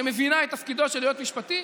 שמבינה את תפקידו של יועץ משפטי.